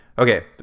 Okay